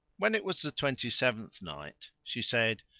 when it was the twenty-seventh night, she said,